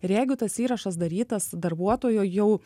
ir jeigu tas įrašas darytas darbuotojo jau